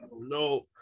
no